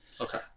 okay